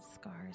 scars